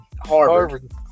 Harvard